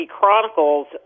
Chronicles